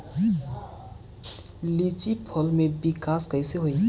लीची फल में विकास कइसे होई?